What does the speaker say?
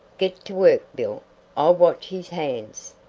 get to work, bill i'll watch his hands.